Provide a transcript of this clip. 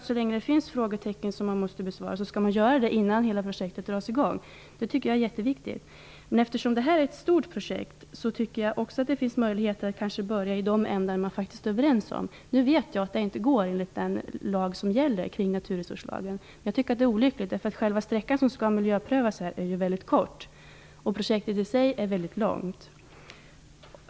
Så länge det finns frågor som man måste besvara skall man göra det innan hela projektet dras i gång. Det tycker jag är jätteviktigt. Men eftersom det här är ett stort projekt finns det kanske också möjligheter att börja i de ändar som man faktiskt är överens om. Nu vet jag att det inte går enligt naturresurslagen. Jag tycker att det är olyckligt, eftersom den sträcka som skall miljöprövas är väldigt kort och projektet i sig är väldigt långt.